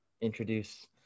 introduce